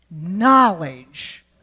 Knowledge